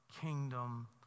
kingdom